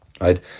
right